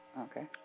Okay